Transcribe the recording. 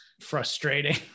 frustrating